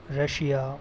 Russia